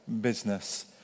business